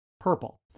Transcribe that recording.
purple